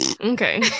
Okay